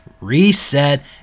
reset